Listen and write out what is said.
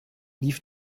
lief